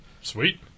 Sweet